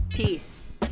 Peace